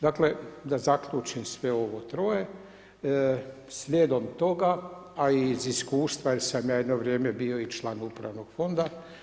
Dakle da zaključim sve ovo troje slijedom toga a i iz iskustva jer sam ja jedno vrijeme bio i član upravnog fonda.